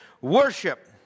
worship